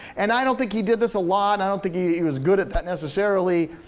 and i don't think he did this a lot. i don't think he he was good at that necessarily,